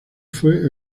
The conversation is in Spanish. fue